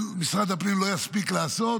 משרד הפנים לא יספיק לעשות,